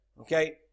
Okay